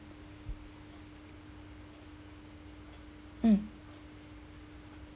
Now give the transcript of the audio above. mm